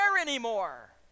anymore